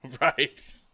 Right